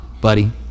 buddy